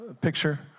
picture